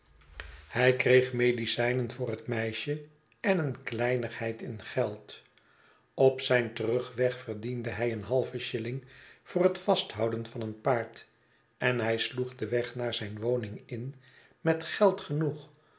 hij kreeg medicijnen voor het meisje en een kleinigheid in geld op zijn terugweg verdiende hij een halven shilling voor het vasthouden van een paard en hij sloeg den weg naar zijn woning in met geld genoeg